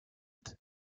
across